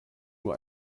nur